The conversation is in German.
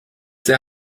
sehr